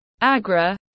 Agra